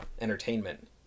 entertainment